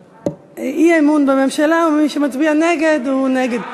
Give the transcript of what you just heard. אי-אמון בממשלה, ומי שמצביע נגד, הוא נגד.